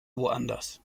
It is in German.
woanders